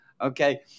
Okay